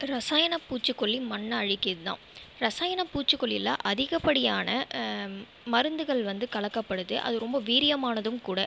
ரசாயன பூச்சிக்கொல்லி மண்ணை அழிக்கிறதுதான் ரசாயன பூச்சிக்கொல்லியில் அதிகப்படியான மருந்துகள் வந்து கலக்கப்படுது அது ரொம்ப வீரியமானதும் கூட